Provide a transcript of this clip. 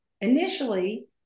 initially